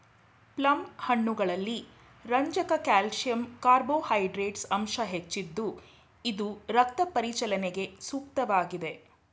plum ಹಣ್ಣುಗಳಲ್ಲಿ ರಂಜಕ calcium carbohydrates ಅಂಶ ಹೆಚ್ಚಿದ್ದು ಇದು ರಕ್ತ ಪರಿಚಲನೆಗೆ ಸೂಕ್ತವಾಗಿದೆ